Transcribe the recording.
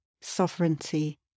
sovereignty